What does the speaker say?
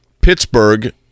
Pittsburgh